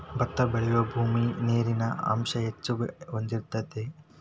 ಬತ್ತಾ ಬೆಳಿಯುಬೂಮಿ ನೇರಿನ ಅಂಶಾ ಹೆಚ್ಚ ಹೊಳದಿರತೆತಿ